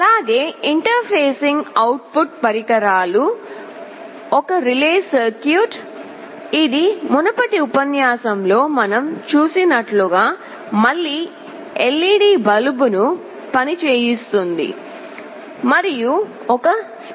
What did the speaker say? అలాగే interfacing output పరికరాలు ఒక రిలే సర్క్యూట్ ఇది మునుపటి ఉపన్యాసంలో మనం చూసినట్లుగా మళ్ళీ LED బల్బును పనిచేయిస్తుంది మరియు ఒక స్పీకర్